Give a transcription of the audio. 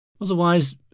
Otherwise